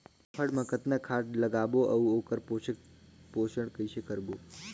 फाफण मा कतना खाद लगाबो अउ ओकर पोषण कइसे करबो?